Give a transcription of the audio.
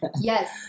Yes